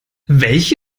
welche